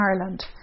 Ireland